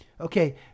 Okay